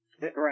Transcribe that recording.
Right